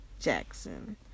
Jackson